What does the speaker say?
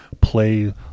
play